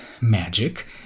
Magic